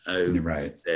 Right